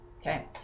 okay